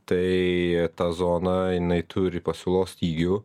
tai ta zona jinai turi pasiūlos stygių